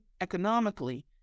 economically